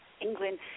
England